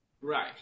Right